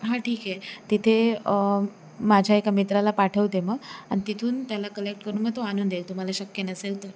हां ठीक आहे तिथे माझ्या एका मित्राला पाठवते मग आणि तिथून त्याला कलेक्ट करून मग तो आणून देईल तुम्हाला शक्य नसेल तर